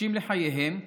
חוששים לחייהם,